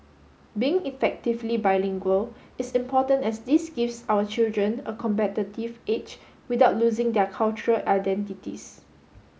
being effectively bilingual is important as this gives our children a competitive edge without losing their cultural identities